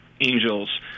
angels